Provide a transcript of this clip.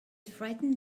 frightened